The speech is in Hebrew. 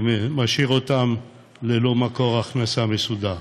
שמשאיר אותם ללא מקור הכנסה מסודר.